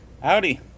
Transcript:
Howdy